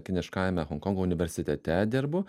kiniškame honkongo universitete dirbu